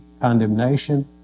condemnation